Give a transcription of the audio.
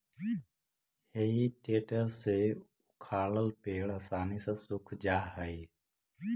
हेइ टेडर से उखाड़ल पेड़ आसानी से सूख जा हई